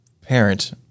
parent